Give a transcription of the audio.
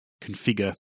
configure